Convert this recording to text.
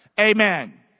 Amen